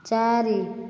ଚାରି